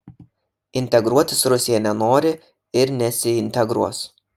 integruotis rusija nenori ir nesiintegruos